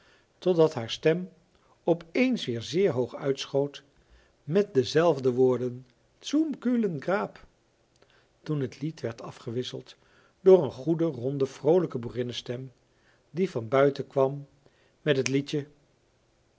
totdat haar stem op eens weer zeer hoog uitschoot met dezelfde woorden zum kühlen grab toen het lied werd afgewisseld door een goede ronde vroolijke boerinnestem die van buiten kwam met het liedje